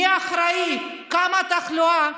מי האחראי, כמה תחלואה?